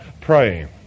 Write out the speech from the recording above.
praying